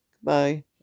Goodbye